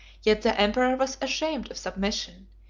yet the emperor was ashamed of submission,